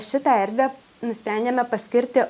šitą erdvę nusprendėme paskirti